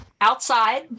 outside